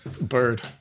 Bird